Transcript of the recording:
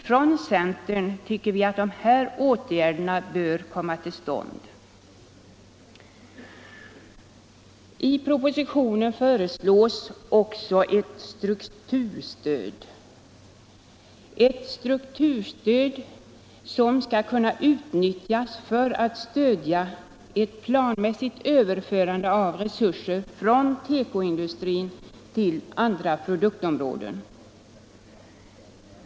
Vi anser inom centern att dessa åtgärder bör komma till stånd. I propositionen föreslås också ett strukturstöd, som fortsättningsvis skall kunna utnyttjas för att stödja ett planmässigt överförande av resurser från tekoindustrin till andra produktområden.